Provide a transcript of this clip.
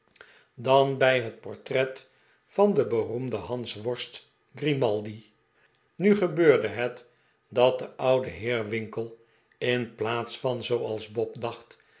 dan de pickwick club bij het p or tret van den beroemden hansworst grimaldi nu gebeurde het dat de oude heer winkle in plaats van zooals bob dacht